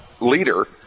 leader